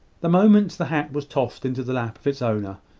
the moment the hat was tossed into the lap of its owner,